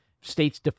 States